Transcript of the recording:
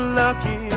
lucky